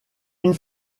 une